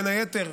בין היתר,